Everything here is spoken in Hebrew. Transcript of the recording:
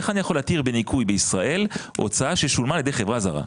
איך אני יכול להתיר בניכוי בישראל הוצאה ששולמה על ידי חברה זרה?